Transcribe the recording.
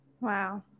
Wow